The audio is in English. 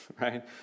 right